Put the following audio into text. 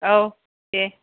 औ दे